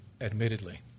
admittedly